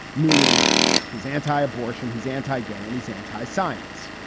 meaning he's anti-abortion, he's anti-gay and he's anti science.